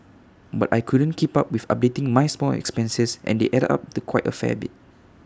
but I couldn't keep up with updating my small expenses and they added up to quite A fair bit